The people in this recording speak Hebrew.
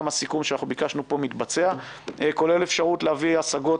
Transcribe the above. הסיכום שביקשנו פה מתבצע כולל אפשרות להביא השגות